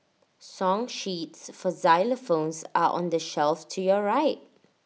song sheets for xylophones are on the shelf to your right